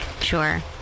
Sure